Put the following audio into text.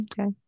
Okay